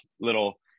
little